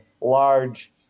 large